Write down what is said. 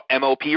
MOP